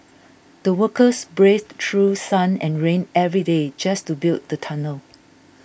the workers braved through sun and rain every day just to build the tunnel